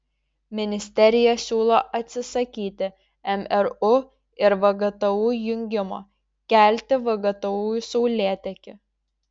ministerija siūlo atsisakyti mru ir vgtu jungimo kelti vgtu į saulėtekį